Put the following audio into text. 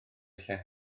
llenwi